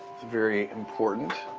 very important.